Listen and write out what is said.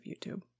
YouTube